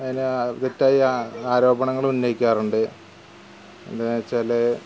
അതിനെ വ്യക്തമായ ആരോപണങ്ങള് ഉന്നയിക്കാറുണ്ട് എന്നു വെച്ചാൽ